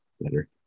better